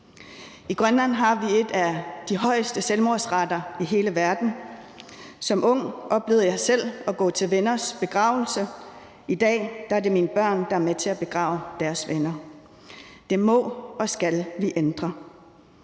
I Grønland har vi en af de højeste selvmordsrater i hele verden. Som ung oplevede jeg selv at gå til venners begravelse. I dag er det mine børn, der er med til at begrave deres venner. Det må og skal vi ændre.